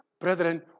Brethren